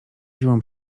dziwą